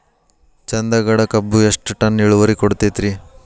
ಚಂದಗಡ ಕಬ್ಬು ಎಷ್ಟ ಟನ್ ಇಳುವರಿ ಕೊಡತೇತ್ರಿ?